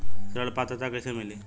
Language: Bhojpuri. ऋण पात्रता कइसे मिली?